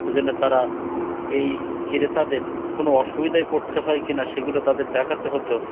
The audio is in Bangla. সে জন্য তারা এই ক্রেতাদের কোনো অসুবিধায় পড়তে হয় কি না সেগুলো তাদের দেখাতে হতো